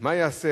מה ייעשה